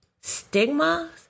stigma